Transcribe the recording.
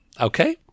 okay